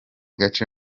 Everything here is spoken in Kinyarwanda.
gace